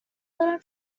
دارم